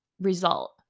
result